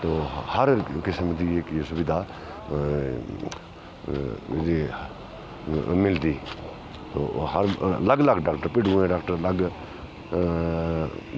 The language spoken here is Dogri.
तो हर किसम दी जेह्की सुविधा मिलदी तो हर अलग अलग डाक्टर भिडुआं दे डाक्टर अलग